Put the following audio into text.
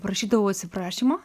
prašydavau atsiprašymo